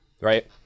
Right